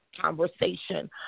conversation